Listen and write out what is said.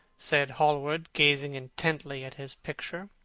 said hallward gazing intently at his picture.